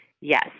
Yes